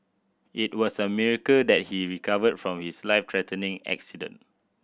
it was a miracle that he recovered from his life threatening accident